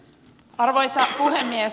arvoisa puhemies